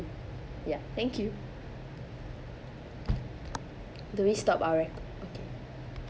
ya thank you do we stop our rec~ okay